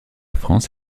france